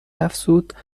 افزود